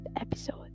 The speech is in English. episode